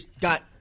got